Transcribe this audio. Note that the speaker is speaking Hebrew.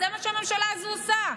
זה מה שהממשלה הזו עושה,